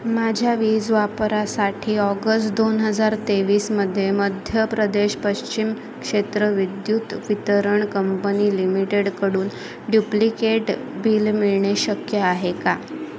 माझ्या वीज वापरासाठी ऑगस दोन हजार तेवीसमध्ये मध्य प्रदेश पश्चिम क्षेत्र विद्युत वितरण कंपनी लिमिटेडकडून ड्युप्लिकेट बिल मिळणे शक्य आहे का